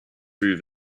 through